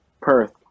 Perth